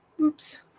Oops